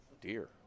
dear